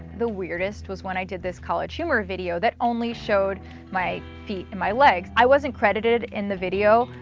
the weirdest, was when i did this college humor video that only showed my feet and my legs. i wasn't credited in the video,